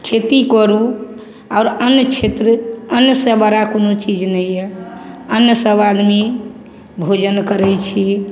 खेती करू आओर अन्य क्षेत्र अन्नसे बड़ा कोनो चीज नहि यऽ अन्न सभ आदमी भोजन करै छी